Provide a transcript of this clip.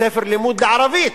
ספר לימוד ערבית,